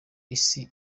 isi